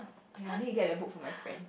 ya I need to get the book from my friend